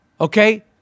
Okay